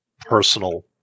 personal